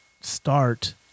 start